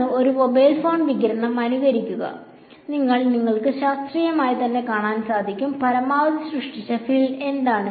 തുടർന്ന് ഒരു mobile phone വികിരണം അനുകരിക്കുക തുടർന്ന് നിങ്ങൾക്ക് കാണാൻ കഴിയും പരമാവധി സൃഷ്ടിച്ച ഫീൽഡ് എന്താണ്